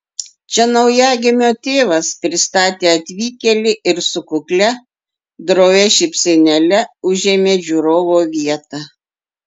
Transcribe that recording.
čia naujagimio tėvas pristatė atvykėlį ir su kuklia drovia šypsenėle užėmė žiūrovo vietą